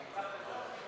אדוני.